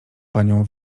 panią